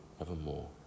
evermore